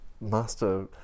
master